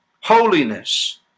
holiness